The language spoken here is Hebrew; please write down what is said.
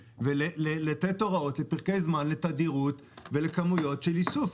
ולתת הוראות לפרקי זמן לתדירות ולכמויות של איסוף.